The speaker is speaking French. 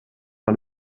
par